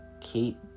keep